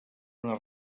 una